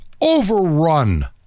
overrun